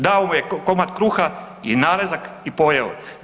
Dao mu je komad kruha i narezak i pojeo je.